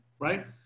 right